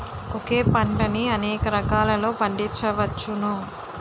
ఒకే పంటని అనేక రకాలలో పండించ్చవచ్చును